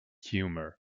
humour